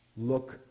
look